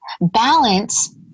balance